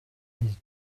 his